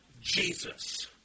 Jesus